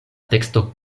teksto